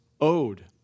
owed